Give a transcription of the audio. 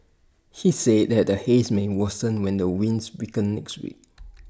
he said that the haze may worsen when the winds weaken next week